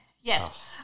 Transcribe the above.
Yes